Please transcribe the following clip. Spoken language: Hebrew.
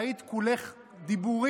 היית כולך דיבורים,